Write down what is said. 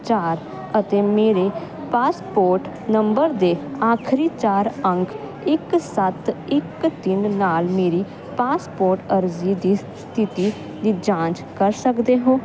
ਚਾਰ ਅਤੇ ਮੇਰੇ ਪਾਸਪੋਰਟ ਨੰਬਰ ਦੇ ਆਖਰੀ ਚਾਰ ਅੰਕ ਇੱਕ ਸੱਤ ਇੱਕ ਤਿੰਨ ਨਾਲ ਮੇਰੀ ਪਾਸਪੋਰਟ ਅਰਜੀ ਦੀ ਸਥਿਤੀ ਦੀ ਜਾਂਚ ਕਰ ਸਕਦੇ ਹੋ